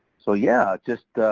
so yeah, just